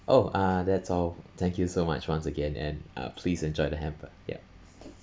oh uh that's all thank you so much once again and uh please enjoy the hamper yup